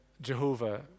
Jehovah